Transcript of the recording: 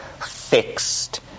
fixed